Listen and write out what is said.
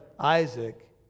Isaac